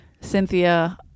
cynthia